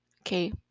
okay